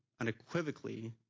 unequivocally